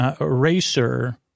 eraser